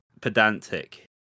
pedantic